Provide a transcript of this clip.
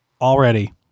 Already